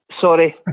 Sorry